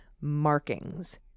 markings